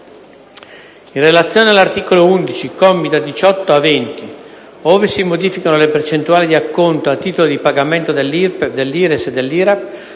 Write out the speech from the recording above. in relazione all’articolo 11, commi da 18 a 20, ove si modificano le percentuali di acconto a titolo di pagamento dell’IRPEF, dell’IRES